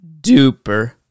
duper